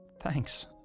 Thanks